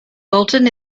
bolton